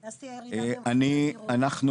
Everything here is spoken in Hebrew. כ-500 אתרי בנייה עמדו, אני ביקרתי.